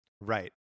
Right